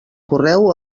correu